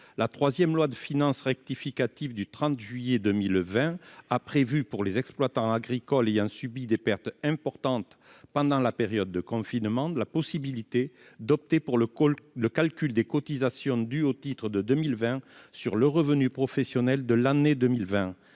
La troisième loi de finances rectificative pour 2020 du 30 juillet 2020 a prévu, pour les exploitants agricoles ayant subi des pertes importantes pendant la période de confinement, la possibilité d'opter pour le calcul des cotisations dues au titre de 2020 sur le revenu professionnel de l'année 2020.